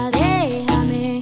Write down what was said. déjame